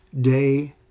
day